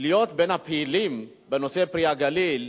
להיות בין הפעילים בנושא "פרי הגליל",